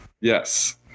Yes